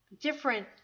different